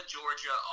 Georgia